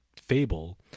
fable